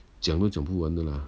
讲都讲不完的啦